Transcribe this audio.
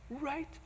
right